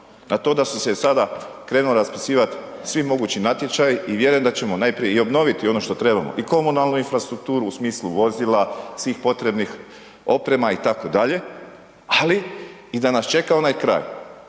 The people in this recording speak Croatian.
A to da se sada krenuo raspisivati svi mogući natječaji i vjerujem da ćemo najprije i obnoviti ono što trebamo, i komunalnu infrastrukturu u smislu vozila, svih potrebnih oprema itd., ali i da nas čeka onaj kraj.